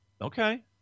Okay